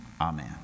Amen